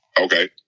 Okay